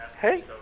Hey